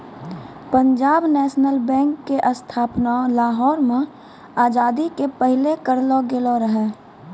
Punjab National Bank के स्थापना लाहौर मे आजादी के पहिले करलो गेलो रहै